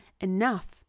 enough